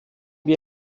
wir